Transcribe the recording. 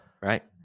Right